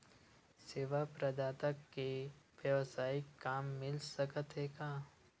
सेवा प्रदाता के वेवसायिक काम मिल सकत हे का?